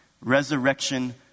Resurrection